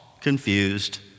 confused